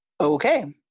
Okay